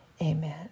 amen